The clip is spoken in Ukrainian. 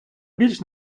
більш